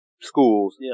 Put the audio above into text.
schools